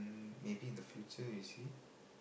mm maybe in the future you see